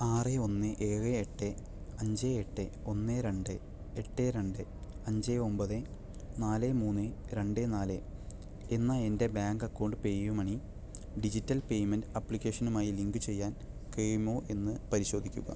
ആറ് ഒന്ന് ഏഴ് എട്ട് അഞ്ച് എട്ട് ഒന്ന് രണ്ട് എട്ട് രണ്ട് അഞ്ച് ഒമ്പത് നാല് മൂന്ന് രണ്ട് നാല് എന്ന എൻ്റെ bank account PayUmoney digital payment ആപ്ലിക്കേഷനുമായി ലിങ്കുചെയ്യാൻ കഴിയുമോ എന്ന് പരിശോധിക്കുക